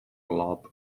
lob